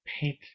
paint